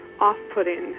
off-putting